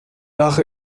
dach